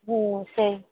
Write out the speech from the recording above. হ্যাঁ সেই